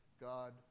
God